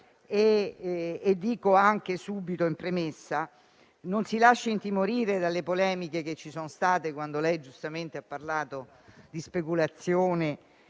e lo invito subito, in premessa, a non lasciarsi intimorire dalle polemiche che ci sono state quando ha giustamente parlato di speculazione.